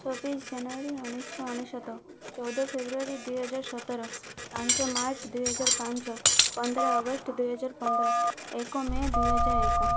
ଚବିଶ ଜାନୁଆରୀ ଉଣେଇଶହ ଅନେଶ୍ୱତ ଚଉଦ ଫେବୃଆରୀ ଦୁଇହଜାର ସତର ପାଞ୍ଚ ମାର୍ଚ୍ଚ ଦୁଇହଜାର ପାଞ୍ଚ ପନ୍ଦର ଅଗଷ୍ଟ ଦୁଇହଜାର ପନ୍ଦର ଏକ ମେ ଦୁଇହଜାର ଏକ